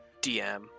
DM